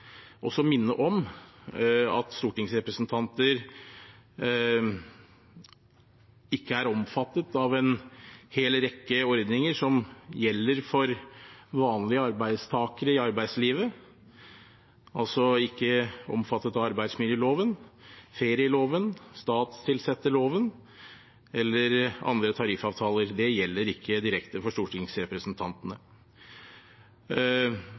minne om at stortingsrepresentanter ikke er omfattet av en hel rekke ordninger som gjelder for vanlige arbeidstakere i arbeidslivet. De er altså ikke omfattet av arbeidsmiljøloven, ferieloven, statsansatteloven eller andre tariffavtaler. Det gjelder ikke direkte for stortingsrepresentantene.